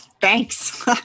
thanks